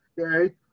okay